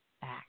back